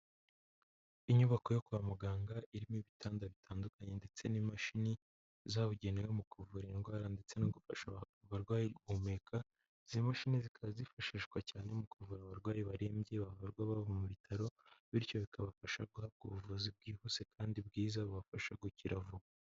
Inyubako yo kwa muganga irimo ibitanda bitandukanye ndetse n'imashini zabugenewe mu kuvura indwara ndetse no gufasha abarwayi guhumeka, izi mashini zikaba zifashishwa cyane mu kuvura abarwayi barembye bavurwa baba mu bitaro, bityo bikabafasha guhabwa ubuvuzi bwihuse kandi bwiza bubafasha gukira vuba.